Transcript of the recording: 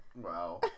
Wow